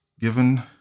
given